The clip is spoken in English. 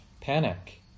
panic